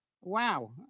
Wow